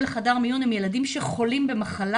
לחדר מיון הם ילדים שחולים במחלה,